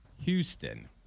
houston